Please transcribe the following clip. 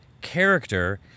character